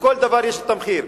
לכל דבר יש המחיר: